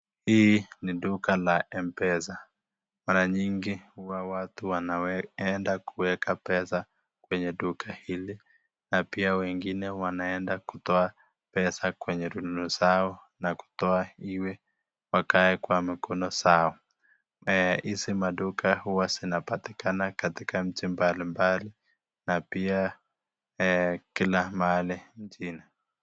Hii ni duka la Mpesa, mara nyingi huwa watu wanaenda kuweka pesa kwenye duka hili na pia wengine wanaenda kutoa pesa kwenye rununu zao na kutoa ili wakae kwenye mikono zao. Eeh hizi maduka huwa zinapatikana katika mji mbalimbali na pia eeh kila mahali nchini.